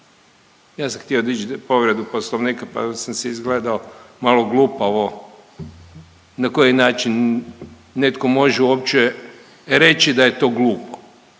Ja sam htio dići povredu Poslovnika pa sam si izgledao malo glupavo, na koji način netko može uopće reći da je to glupo.